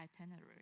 itinerary